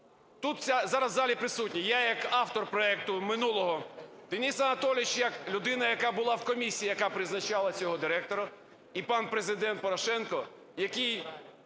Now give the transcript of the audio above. Тут зараз в залі присутні: я як автор проекту минулого, Денис Анатолійович як людина, яка була в комісії, яка призначала цього директора, і пан Президент Порошенко, який